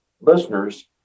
listeners